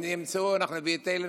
הם ימצאו: אנחנו נביא את אלה,